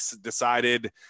decided